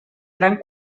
gran